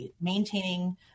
Maintaining